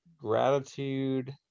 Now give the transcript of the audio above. gratitude